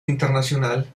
internacional